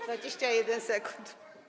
21 sekund.